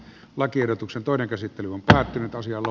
lakiehdotuksen toinen käsittely on päättynyt asialle